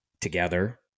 together